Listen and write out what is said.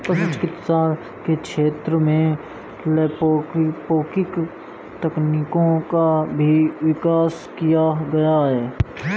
पशु चिकित्सा के क्षेत्र में लैप्रोस्कोपिक तकनीकों का भी विकास किया गया है